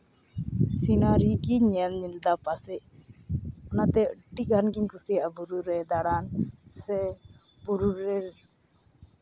ᱥᱤᱱᱟᱨᱤ ᱜᱤᱧ ᱧᱮᱞᱮᱫᱟ ᱯᱟᱥᱮᱫ ᱚᱱᱟᱛᱮ ᱟᱹᱰᱰᱤ ᱜᱟᱱ ᱜᱤᱧ ᱠᱩᱥᱤᱭᱟᱜᱼᱟ ᱵᱩᱨᱩ ᱨᱮ ᱫᱟᱬᱟᱱ ᱥᱮ ᱵᱩᱨᱩ ᱨᱮ